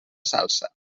salsa